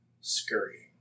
scurrying